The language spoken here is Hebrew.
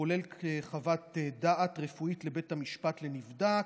כולל חוות דעת רפואית לבית המשפט לנבדק.